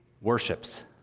worships